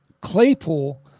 Claypool